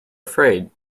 afraid